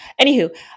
anywho